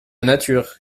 nature